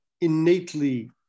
innately